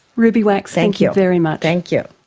ruby wax, thank you very much. thank you.